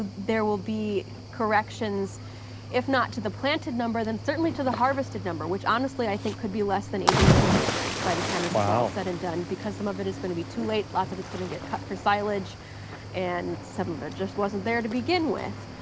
ah there will be corrections if not to the planted number then certainly to the harvested number, which honestly i think could be less than eighty million acres by the time this is all said and done because some of it is going to be too late, lots of it is going to get cut for silage and some of it just wasn't there to begin with.